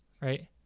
Right